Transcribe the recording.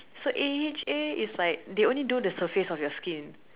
so A_H_A is like they only do the surface of your skin